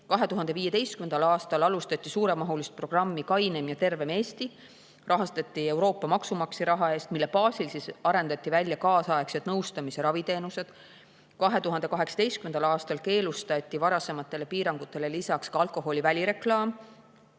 2015. aastal alustati suuremahulist programmi "Kainem ja tervem Eesti", mida rahastati Euroopa maksumaksja rahaga ja mille baasil arendati välja kaasaegsed nõustamis- ja raviteenused. 2018. aastal keelustati varasematele piirangutele lisaks alkoholi välireklaam